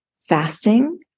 fasting